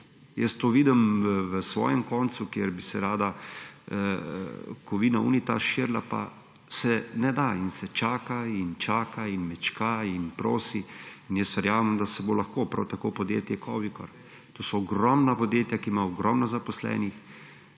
Jaz to vidim na svojem koncu, kjer bi se rada Kovina Unitas širila, pa se ne da, in se čaka in mečka in prosi. Verjamem, da se bo lahko, prav tako podjetje Kovikor. To so ogromna podjetja, ki ima ogromno zaposlenih